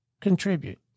contribute